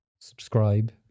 Subscribe